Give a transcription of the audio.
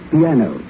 Piano